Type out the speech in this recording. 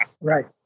Right